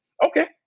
Okay